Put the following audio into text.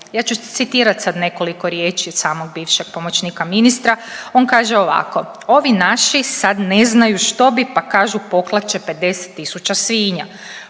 Ja ću citirat sad nekoliko riječi od samog bivšeg pomoćnika ministra, on kaže ovako, ovi naši sad ne znaju što bi pa kažu poklat će 50 tisuća svinja,